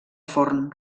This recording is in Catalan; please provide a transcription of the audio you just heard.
forn